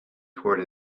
toward